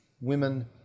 women